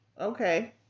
Okay